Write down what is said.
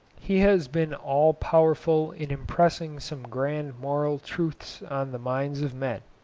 he has been all-powerful in impressing some grand moral truths on the minds of men.